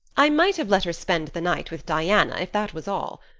i might have let her spend the night with diana, if that was all.